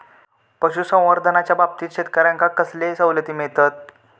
पशुसंवर्धनाच्याबाबतीत शेतकऱ्यांका कसले सवलती मिळतत?